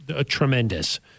tremendous